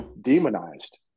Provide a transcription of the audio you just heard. demonized